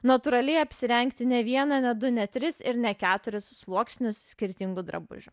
natūraliai apsirengti ne vieną ne du ne tris ir ne keturis sluoksnius skirtingų drabužių